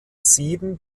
sieben